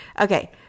Okay